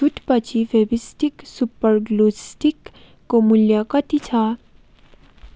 छुटपछि Fevistik super glue स्टिकको मूल्य कति छ